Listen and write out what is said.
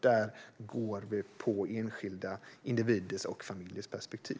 Där går vi på enskilda individers och familjers perspektiv.